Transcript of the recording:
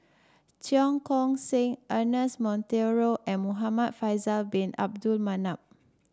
Cheong Koon Seng Ernest Monteiro and Muhamad Faisal Bin Abdul Manap